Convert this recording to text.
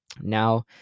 Now